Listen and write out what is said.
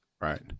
right